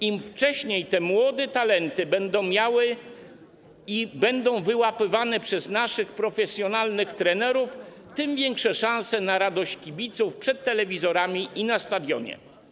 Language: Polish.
Im wcześniej te młode talenty będą wyłapywane przez naszych profesjonalnych trenerów, tym większe szanse na radość kibiców przed telewizorami i na stadionie.